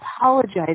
apologize